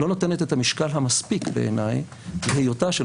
לא נותנת את המשקל המספיק בעיניי להיותה של